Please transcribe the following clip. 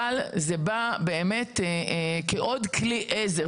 זה בא כעוד כלי עזר,